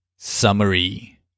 Summary